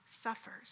suffers